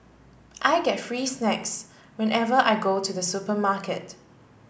I get free snacks whenever I go to the supermarket